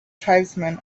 tribesmen